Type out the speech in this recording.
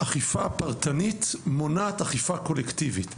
אכיפה פרטנית מונעת אכיפה קולקטיבית.